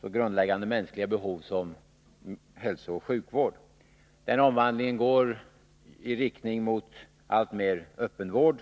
så grundläggande mänskliga behov som hälsooch sjukvård. Denna omvandling går i riktning mot alltmer öppenvård.